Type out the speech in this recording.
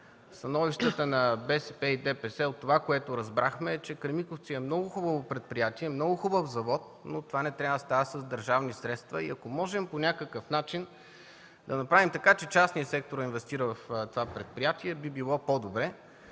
Становищата на БСП и ДПС от това, което разбрахме, е, че „Кремиковци” е много хубаво предприятие, много хубав завод, но това не трябва да става с държавни средства и ако можем по някакъв начин да направим така, че частният сектор да инвестира в това предприятие би било по-добре,